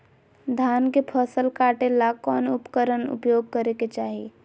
धान के फसल काटे ला कौन उपकरण उपयोग करे के चाही?